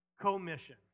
commission